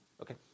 Okay